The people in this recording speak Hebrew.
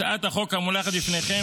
הצעת החוק המונחת בפניכם,